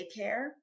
daycare